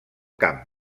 camp